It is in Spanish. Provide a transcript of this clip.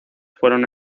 fueron